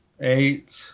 Eight